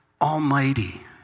almighty